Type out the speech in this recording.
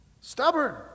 Stubborn